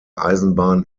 eisenbahn